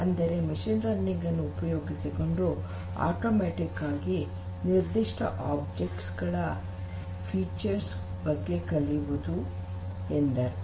ಅಂದರೆ machine learning ಅನ್ನು ಉಪಯೋಗಿಸಿಕೊಂಡು ಸ್ವಯಂಚಾಲಿತವಾಗಿ ನಿರ್ಧಿಷ್ಟ ಆಬ್ಜೆಕ್ಟ್ಸ್ ಗಳ ವೈಶಿಷ್ಟ್ಯಗಳ ಬಗ್ಗೆ ಕಲಿಯುವುದು ಎಂದು ಅರ್ಥ